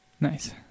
Nice